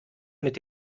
mit